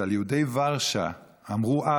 שעל יהודי ורשה אמרו אז,